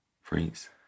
freeze